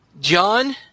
John